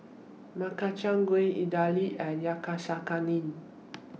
Makchang Gui Idili and Yakizakana